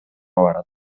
барат